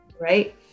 right